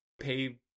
pay